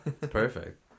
Perfect